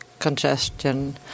congestion